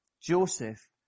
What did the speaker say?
Joseph